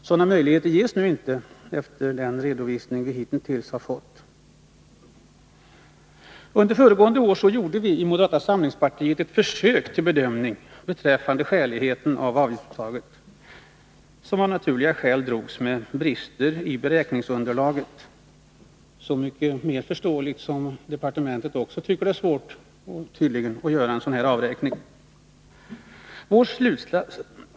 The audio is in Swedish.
Sådana möjligheter ges nu inte, efter den redovisning vi hitintills har fått. Under föregående år gjorde vi inom moderata samlingspartiet ett försök till bedömning av skäligheten beträffande avgiftsuttaget. Av naturliga skäl var det brister i beräkningsunderlaget — så mycket mera förståeligt som departementet tydligen också tycker att det är svårt att göra en avräkning av det här slaget.